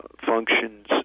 functions